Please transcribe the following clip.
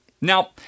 Now